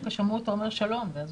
אחד ברמת גן ואחד בחיפה וכאשר אנחנו